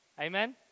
Amen